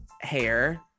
hair